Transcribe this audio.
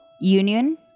union